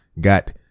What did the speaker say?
got